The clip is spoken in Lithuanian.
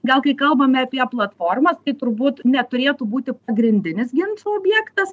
gal kai kalbame apie platformas tai turbūt neturėtų būti pagrindinis ginčų objektas